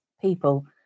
people